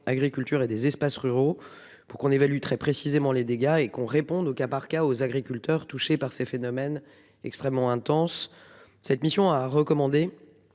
agriculture et des espaces ruraux pour qu'on évalue très précisément les dégâts et qu'on réponde au cas par cas aux agriculteurs touchés par ces phénomènes extrêmement intense. Cette mission a recommandé.